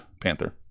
Panther